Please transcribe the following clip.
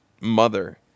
mother